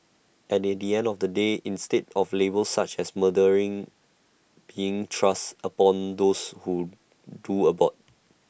and at the end of the day instead of labels such as murderer being thrust upon those who do abort